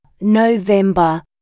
November